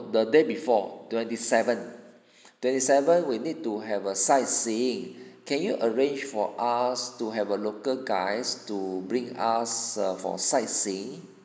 the day before twenty seven twenty seven we'll need to have a sightseeing can you arrange for us to have a local guys to bring us err for sightseeing